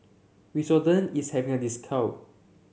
Redoxon is having a discount